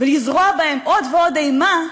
ולזרוע בקרבם עוד ועוד אימה,